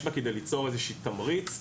יש בה כדי ליצור איזשהו תמריץ,